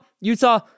Utah